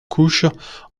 couches